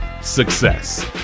success